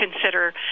consider